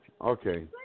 Okay